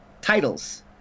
titles